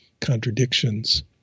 contradictions